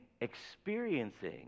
experiencing